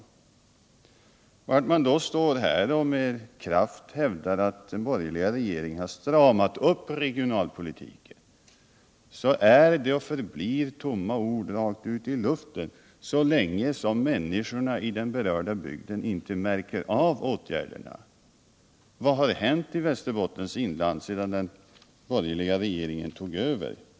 Det man då står här och med kraft hävdar, att den borgerliga regeringen har stramat upp regionalpolitiken, är och förblir tomma ord rakt ut i luften så länge som människorna i den berörda bygden inte märker av åtgärderna. Vad har hänt i Västerbottens inland sedan den borgerliga regeringen tog över?